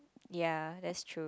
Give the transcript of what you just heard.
ya that's true